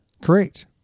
Correct